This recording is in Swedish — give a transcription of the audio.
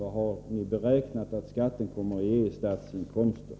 Vad har ni beräknat att skatten kommer att ge i statsinkomster?